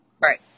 Right